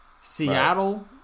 seattle